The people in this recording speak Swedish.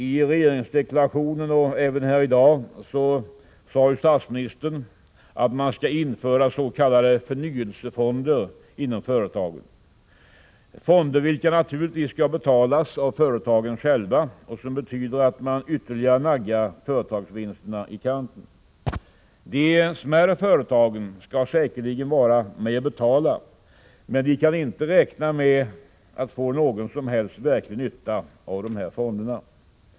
I regeringsdeklarationen och även här i dag meddelade statsministern att man skall införa s.k. förnyelsefonder inom företagen, fonder vilka naturligtvis skall betalas av företagen själva och som betyder att man ytterligare naggar företagsvinsterna i kanten. De smärre företagen skall säkerligen vara med att betala, men de kan inte räkna med att få någon som helst verklig nytta av dessa fonder.